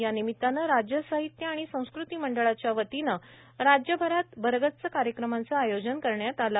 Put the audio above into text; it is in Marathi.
या निमितानं राज्य साहित्य आणि संस्कृती मंडळाच्या वतीनं राज्यभरात भरगच्च कार्यक्रमांचं आयोजन करण्यात आलं आहे